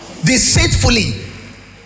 deceitfully